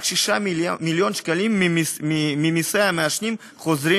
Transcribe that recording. רק 6 מיליון שקלים ממסי המעשנים חוזרים